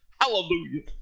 Hallelujah